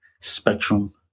spectrum